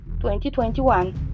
2021